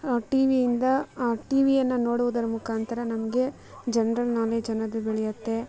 T ವಿಯಿಂದ ಟಿ ವಿಯನ್ನು ನೋಡುವುದರ ಮುಖಾಂತರ ನಮಗೆ ಜನ್ರಲ್ ನಾಲೆಜ್ ಅನ್ನೋದು ಬೆಳೆಯತ್ತೆ